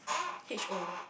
H O